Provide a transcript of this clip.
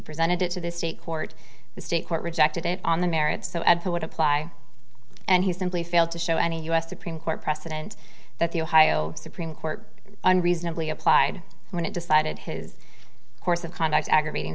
presented it to the state court the state court rejected it on the merits so of who would apply and he simply failed to show any u s supreme court precedent that the ohio supreme court i'm reasonably applied when it decided his course of conduct aggravating